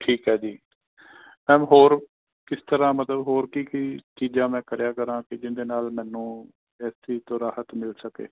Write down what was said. ਠੀਕ ਹੈ ਜੀ ਮੈਮ ਹੋਰ ਕਿਸ ਤਰ੍ਹਾਂ ਮਤਲਬ ਹੋਰ ਕੀ ਕੀ ਚੀਜ਼ਾਂ ਮੈਂ ਕਰਿਆ ਕਰਾਂ ਪੀ ਜਿਹਦੇ ਨਾਲ ਮੈਨੂੰ ਇਸ ਚੀਜ਼ ਤੋਂ ਰਾਹਤ ਮਿਲ ਸਕੇ